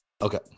Okay